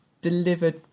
delivered